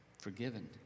forgiven